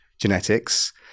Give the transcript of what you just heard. genetics